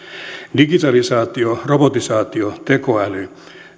digitalisaatio robotisaatio tekoäly